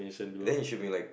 then you should be like